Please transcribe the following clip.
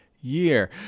Year